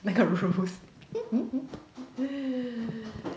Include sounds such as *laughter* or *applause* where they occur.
那个 rules *laughs*